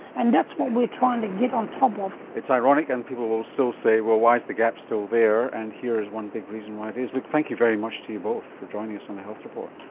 and that's what we are trying to get on top of. it's ironic, and people will still say, well, why is the gap still there, and here is one big reason why it is. like thank you very much to you both for joining us on the health report.